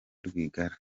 rwigara